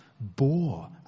bore